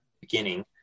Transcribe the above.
beginning